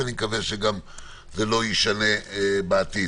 ואני מקווה שזה לא יישנה בעתיד.